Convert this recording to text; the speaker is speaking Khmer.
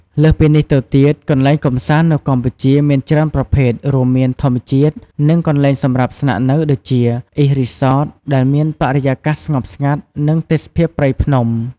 លើសពីនេះទៅទៀតកន្លែងកំសាន្តនៅកម្ពុជា មានច្រើនប្រភេទ រួមមានធម្មជាតិ និងកន្លែងសម្រាប់ស្នាក់នៅ ដូចជា អ៊ីស្ត រីសត ដែលមានបរិយាកាសស្ងប់ស្ងាត់ និងទេសភាពព្រៃភ្នំ។